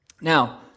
Now